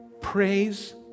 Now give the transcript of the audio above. Praise